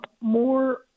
more